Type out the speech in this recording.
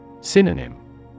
Synonym